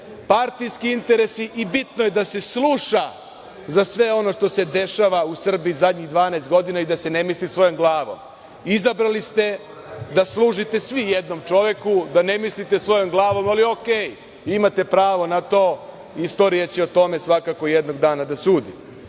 partijski interesi i bitno je da se sluša za sve ono što se dešava u Srbiji zadnjih 12 godina i da se ne misli svojom glavom. Izabrali ste da služite svi jednom čoveku, da ne mislite svojom glavom, ali u redu, imate pravo na to. Istorija će o tome svakako jednog dana da